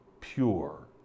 pure